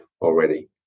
already